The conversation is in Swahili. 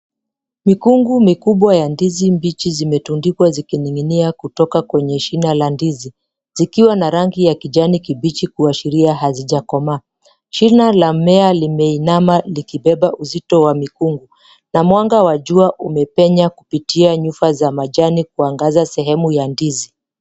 Mikungu mikubwa ya ndizi mbichi zimetundikwa zikining'inia kutoka kwenye shina la ndizi zikiwa na rangi ya kijani kibichi kuashiria hazijakomaa. Shina la mimea limeinama likibeba uzito wa mikungu na mwanga wa jua umepenya kupitia nyufa za majani kuangaza sehemu ya ndizi.